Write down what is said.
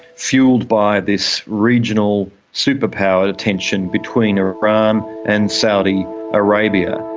fuelled by this regional superpower tension between iran and saudi arabia.